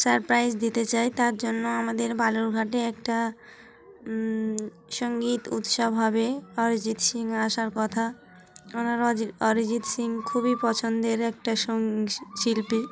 surprise দিতে চাই তার জন্য আমাদের বালুরঘাটে একটা সঙ্গীত উৎসব হবে অরিজিৎ সিং আসার কথা ওনার অরিজিৎ সিং খুবই পছন্দের একটা শিল্পী